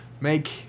make